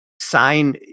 sign